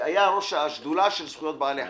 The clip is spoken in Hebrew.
שהיה ראש השדולה של זכויות בעלי החיים.